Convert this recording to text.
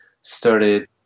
started